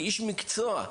כאיש מקצוע,